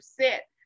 set